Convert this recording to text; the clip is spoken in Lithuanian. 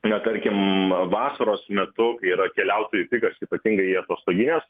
ne tarkim vasaros metu kai yra keliautojų pikas ypatingai į atostogines